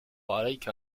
عليك